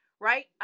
right